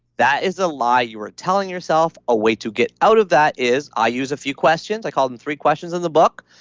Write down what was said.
that is a lie you were telling yourself a way to get out of that is i use a few questions. i call them three questions in the book.